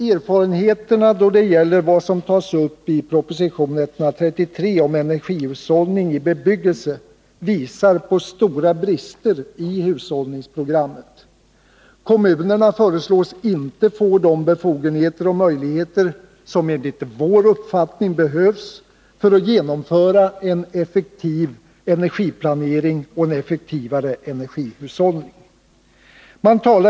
Erfarenheterna då det gäller vad som tas upp i proposition 133 om energihushållning i bebyggelse visar på stora brister i hushållningsprogrammet. Kommunerna föreslås inte få de befogenheter och möjligheter som enligt vår uppfattning behövs för att genomföra en effektiv energiplanering och en effektivare energihushållning.